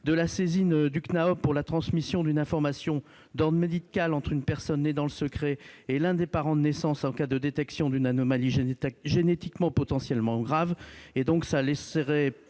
personnelles) pour la transmission d'une information d'ordre médical entre une personne née dans le secret et l'un des parents de naissance en cas de détection d'une anomalie génétique potentiellement grave. Le cas échéant,